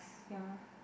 ya